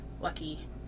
lucky